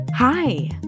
Hi